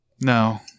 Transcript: No